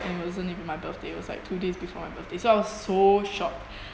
and it wasn't even my birthday it was like two days before my birthday so I was so shocked